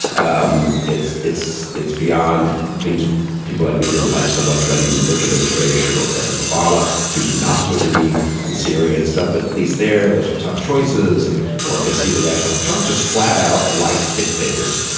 um it's it's it's beyond things people like me didn't like so much. right. even the bush administration or president obama choosing not to intervene in syria and stuff. but at least they're those are tough choices. and one can see the rationale. trump just flat out likes dictators.